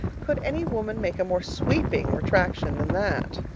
could any woman make a more sweeping retraction than that?